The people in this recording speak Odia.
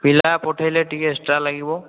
ପିଲା ପଠାଇଲେ ଟିକିଏ ଏକ୍ସଟ୍ରା ଲାଗିବ